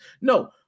No